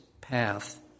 path